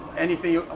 anything,